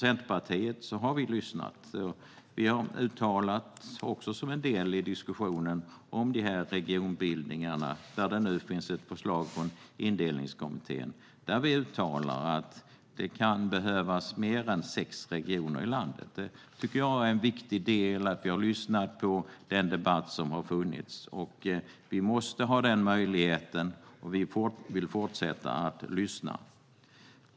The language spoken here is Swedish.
Centerpartiet har lyssnat och uttalat som en del i diskussionen om regionbildningarna, där det nu finns ett förslag från Indelningskommittén, att det kan behövas mer än sex regioner i landet. För oss är det viktigt att vi har lyssnat på den debatt som har funnits. Vi måste ha den möjligheten, och vi vill fortsätta att lyssna.